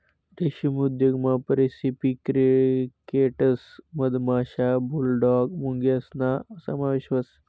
रेशीम उद्योगमा recipe crickets मधमाशा, बुलडॉग मुंग्यासना समावेश व्हस